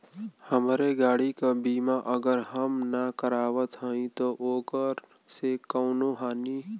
हमरे गाड़ी क बीमा अगर हम ना करावत हई त ओकर से कवनों हानि?